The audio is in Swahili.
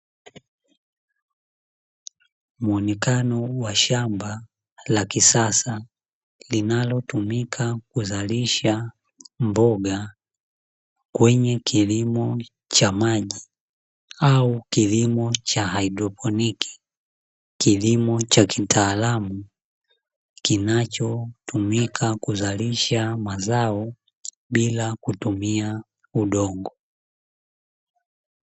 Muonekano wa shamba la kisasa, linalotumika kuzalisha mboga kwenye kilimo cha maji au kilimo cha haidroponi. Kilimo cha kitaalamu, kinachotumika kuzalisha mazao bila kutumia udongo.